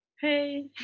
Hey